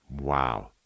Wow